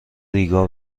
ریگا